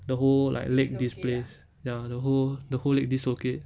the whole like leg displace ya the whole the whole leg dislocate